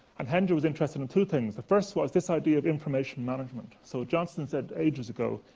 and hendra was interested in two things. the first was, this idea of information management. so, johnstone said ages ago,